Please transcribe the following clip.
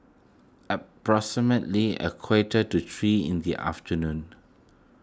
approximately a quarter to three in the afternoon